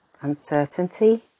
uncertainty